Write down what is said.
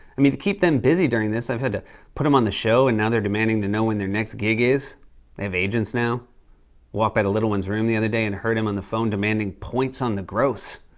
i mean, to keep them busy during this, i've had to put them on the show, and now they're demanding to know when their next gig is. they have agents now. i walked by the little one's room the other day and heard him on the phone demanding points on the gross.